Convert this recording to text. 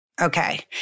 Okay